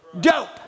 dope